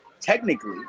Technically